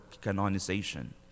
canonization